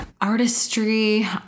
artistry